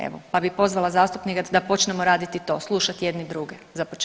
Evo pa bih pozvala zastupnike da počnemo raditi to, slušati jedni druge za početak.